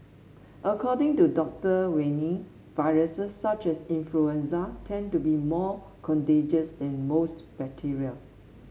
according to Doctor Wiener viruses such as influenza tend to be more contagious than most bacteria